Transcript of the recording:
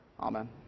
Amen